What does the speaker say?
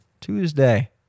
Tuesday